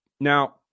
Now